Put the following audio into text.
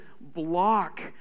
block